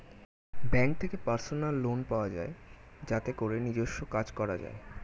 bank থেকে personal loan পাওয়া যায় যাতে করে নিজস্ব কাজ করা যায়